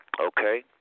okay